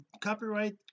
copyright